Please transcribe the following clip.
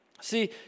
See